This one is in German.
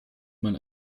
man